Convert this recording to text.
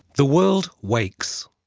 the world wakes.